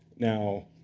now,